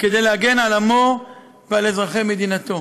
כדי להגן על עמו ועל אזרחי מדינתו.